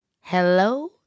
Hello